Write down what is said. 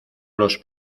los